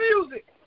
music